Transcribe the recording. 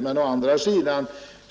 Men å andra sidan